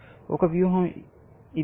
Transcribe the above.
ఒక వ్యూహం ఇది